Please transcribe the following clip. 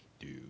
dude